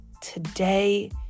Today